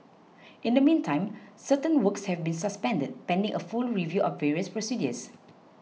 in the meantime certain works have been suspended pending a full review of various procedures